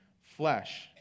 flesh